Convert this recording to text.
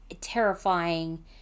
terrifying